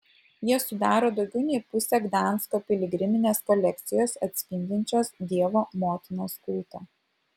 jie sudaro daugiau nei pusę gdansko piligriminės kolekcijos atspindinčios dievo motinos kultą